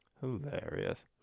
Hilarious